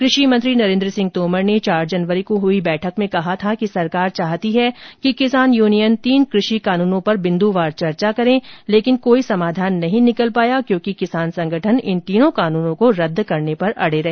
कृषि मंत्री नरेन्द्र सिंह तोमर ने चार जनवरी को हई बैठक में कहा था कि सरकार चाहती है कि किसान यूनियन तीन कृषि कानूनों पर बिन्दुवार चर्चा करें लेकिन कोई समाधान नहीं निकल पाया क्योंकि किसान संगठन इन तीनों कानूनों को रदद करने पर अड़े रहे